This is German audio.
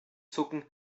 zucken